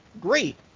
great